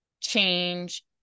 change